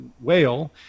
whale